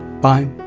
Bye